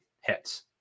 Hits